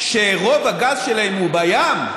שרוב הגז שלהן הוא בים,